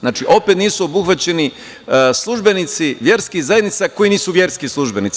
Znači, opet nisu obuhvaćeni službenici verskih zajednica koji nisu verski službenici.